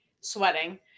sweating